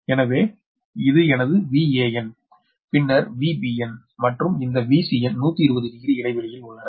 எனவே இது எனது VAn பின்னர் VBn மற்றும் இந்த VCn 120 டிகிரி இடைவெளியில் உள்ளன